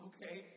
Okay